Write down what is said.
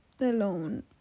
alone